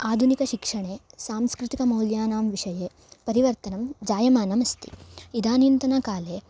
आदुनिकशिक्षणे सांस्कृतिकमौल्यानां विषये परिवर्तनं जायमानम् अस्ति इदानींतनकाले